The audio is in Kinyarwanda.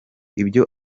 ibyo